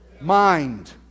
mind